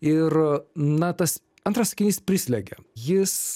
ir na tas antras sakinys prislegia jis